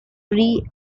free